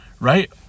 right